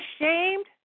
ashamed